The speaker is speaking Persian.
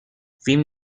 فیلم